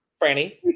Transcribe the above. Franny